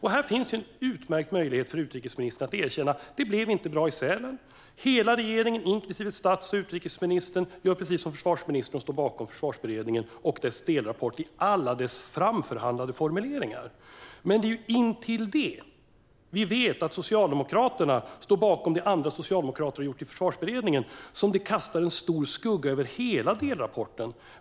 Här finns en utmärkt möjlighet för utrikesministern att erkänna: Det blev inte bra i Sälen. Det innebär att hela regeringen, inklusive stats och utrikesministern, gör precis som försvarsministern och står bakom Försvarsberedningen och dess delrapport i alla dess framförhandlade formuleringar. Det är intill det att vi vet att Socialdemokraterna står bakom det andra socialdemokrater gjort i Försvarsberedningen som det kastar en stor skugga över hela delrapporten.